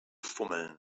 fummeln